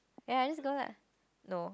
ya just go la no